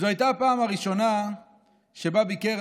זו הייתה הפעם הראשונה שבה ביקר